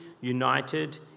united